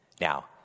Now